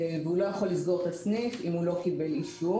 יהוא לא יכול לסגור את הסניף אם הוא לא קיבל אישור,